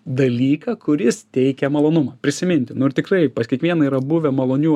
dalyką kuris teikia malonumą prisiminti nu ir tikrai pas kiekvieną yra buvę malonių